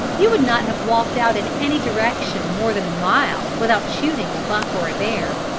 you would not have walked out in any direction more than a mile without shooting a buck or a bear.